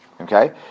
okay